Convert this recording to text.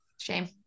Shame